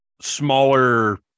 smaller